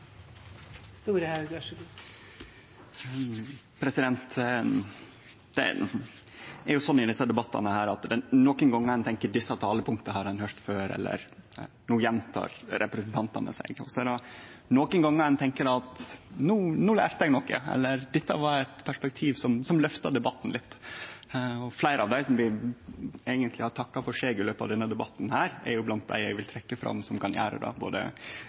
I desse debattane tenkjer ein nokre gonger at desse talepunkta har ein høyrt før, eller at no gjentek representantane seg sjølve. Så er det andre gonger ein tenkjer at ein lærte noko, eller at det var eit perspektiv som løfta debatten litt. Fleire av dei som har takka for seg i løpet av denne debatten, er blant dei eg vil trekkje fram som kan bidra til det siste. Både